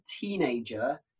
teenager